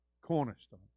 cornerstone